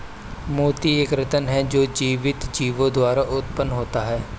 मोती एक रत्न है जो जीवित जीवों द्वारा उत्पन्न होता है